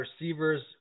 receivers